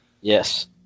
Yes